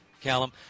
Callum